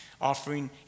offering